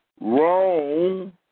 wrong